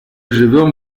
живем